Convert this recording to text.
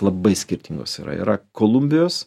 labai skirtingos yra yra kolumbijos